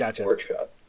workshop